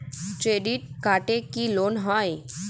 Credit কার্ডে কি loan হয়?